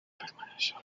permaneció